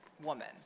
woman